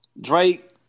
Drake